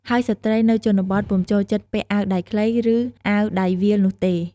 ហើយស្រ្តីនៅជនបទពុំចូលចិត្តពាក់អាវដៃខ្លី ឬអាវដៃវៀលនោះទេ។